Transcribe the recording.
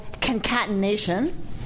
concatenation